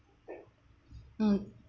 mm